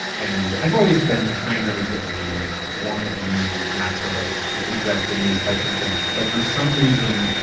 and i've always been kind of a wannabe naturalist, who is interested in these types of things. but for some reason,